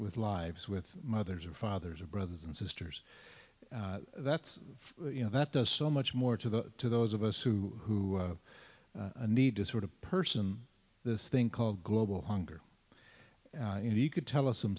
with lives with mothers and fathers or brothers and sisters that's you know that does so much more to the to those of us who have a need to sort of person this thing called global hunger if you could tell us some